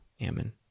Ammon